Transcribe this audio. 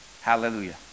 Hallelujah